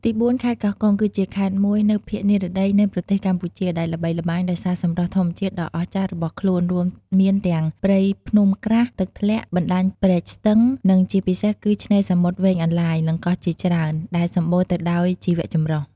ទីបួន ខេត្តកោះកុង គឺជាខេត្តមួយនៅភាគនិរតីនៃប្រទេសកម្ពុជា ដែលល្បីល្បាញដោយសារសម្រស់ធម្មជាតិដ៏អស្ចារ្យរបស់ខ្លួន រួមមានទាំងព្រៃភ្នំក្រាស់ ទឹកធ្លាក់ បណ្តាញព្រែកស្ទឹង និងជាពិសេសគឺ ឆ្នេរសមុទ្រវែងអន្លាយ និងកោះជាច្រើន ដែលសម្បូរទៅដោយជីវៈចម្រុះ។